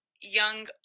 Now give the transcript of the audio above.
young